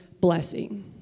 blessing